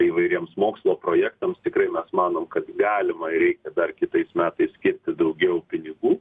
įvairiems mokslo projektams tikrai mes manom kad galima ir reikia dar kitais metais skirti daugiau pinigų